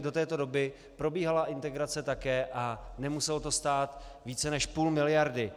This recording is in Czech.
Do této doby probíhala integrace také a nemuselo to stát více než půl miliardy.